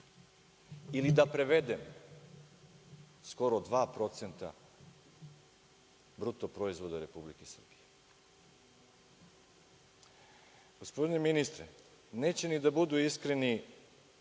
ili da prevedem, skoro 2% BDP-a Republike Srbije. Gospodine ministre, neće ni da budu iskreni